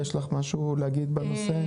יש לך משהו להגיד בנושא?